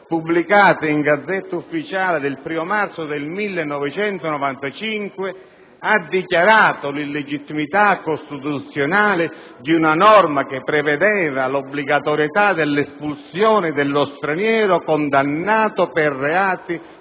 pubblicata in *Gazzetta* *Ufficiale* il 1° marzo 1995, ha dichiarato l'illegittimità costituzionale di una norma che prevedeva l'obbligatorietà dell'espulsione dello straniero condannato per reati